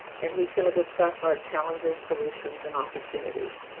and he's gonna discuss our challenges, solutions, and opportunities.